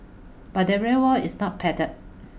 but the real world is not padded